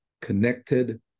connected